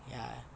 ya